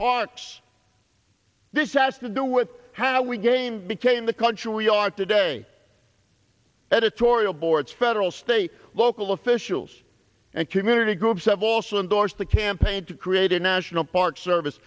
parks this has to do with how we gain became the country we are today editorial boards federal state local officials and community groups have also endorsed the campaign to create a national park service